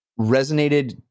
resonated